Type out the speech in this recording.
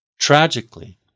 Tragically